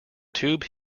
tube